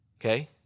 Okay